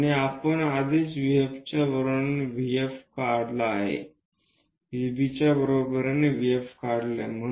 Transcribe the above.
आणि आपण आधीच VB च्या बरोबरीने VF काढला आहे